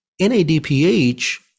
NADPH